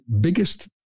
biggest